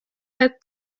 head